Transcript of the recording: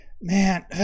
man